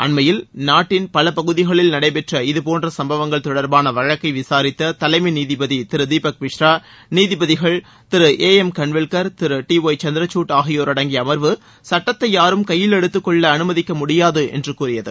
அண்மையில் நாட்டின் பல பகுதிகளில் நடைபெற்ற இதுபோன்ற சம்பவங்கள் தொடா்பான வழக்கை விசாரித்த தலைமை நீதிபதி திரு தீபக் மிஸ்ரா நீதிபதிகள் திரு ஏ எம் கன்வில்கர் திரு டி ஒய் சந்திரஞட் ஆகியோர் அடங்கிய அம்வு சுட்டத்தை யாரும் கையில் எடுத்துக்கொள்ள அனுமதிக்க முடியாது என்று கூறியது